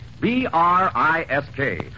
B-R-I-S-K